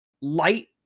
light